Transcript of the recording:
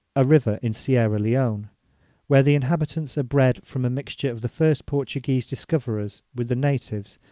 a river in sierra leona where the inhabitants are bred from a mixture of the first portuguese discoverers with the natives,